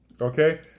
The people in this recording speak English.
okay